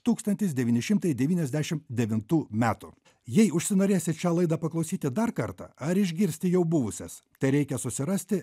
tūkstantis devyni šimtai devyniasdešim devintų metų jei užsinorėsit šią laidą paklausyti dar kartą ar išgirsti jau buvusias tereikia susirasti